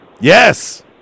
Yes